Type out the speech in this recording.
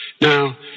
Now